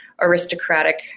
aristocratic